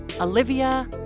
Olivia